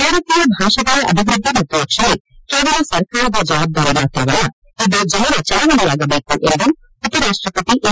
ಭಾರತೀಯ ಭಾಷೆಗಳ ಅಭಿವೃದ್ದಿ ಮತ್ತು ರಕ್ಷಣೆ ಕೇವಲ ಸರ್ಕಾರದ ಜವಾಬ್ದಾರಿ ಮಾತ್ರವಲ್ಲ ಇದು ಜನರ ಚಳವಳಿಯಾಗಬೇಕು ಎಂದು ಉಪರಾಷ್ಟ್ರಪತಿ ಎಂ